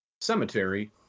Cemetery